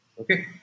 okay